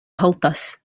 haltas